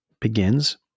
begins